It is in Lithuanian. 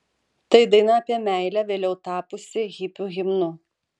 tai daina apie meilę vėliau tapusi hipių himnu